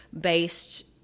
based